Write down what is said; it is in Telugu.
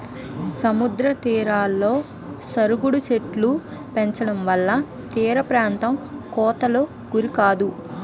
సముద్ర తీరాలలో సరుగుడు చెట్టులు పెంచడంవల్ల తీరప్రాంతం కోతకు గురికాదు